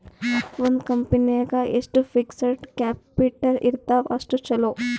ಒಂದ್ ಕಂಪನಿ ನಾಗ್ ಎಷ್ಟ್ ಫಿಕ್ಸಡ್ ಕ್ಯಾಪಿಟಲ್ ಇರ್ತಾವ್ ಅಷ್ಟ ಛಲೋ